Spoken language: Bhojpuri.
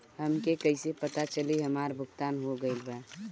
हमके कईसे पता चली हमार भुगतान हो गईल बा?